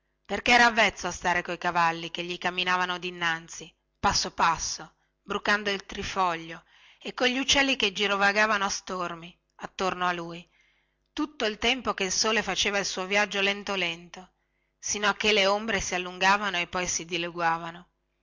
perchè era avvezzo a stare coi cavalli che gli camminavano dinanzi passo passo brucando il trifoglio e cogli uccelli che girovagavano a stormi attorno a lui tutto il tempo che il sole faceva il suo viaggio lento lento sino a che le ombre si allungavano e poi si dileguavano